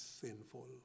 sinful